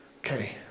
Okay